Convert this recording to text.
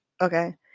Okay